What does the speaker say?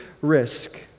risk